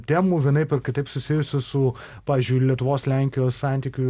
temų vienaip ar kitaip susijusių su pavyzdžiui lietuvos lenkijos santykių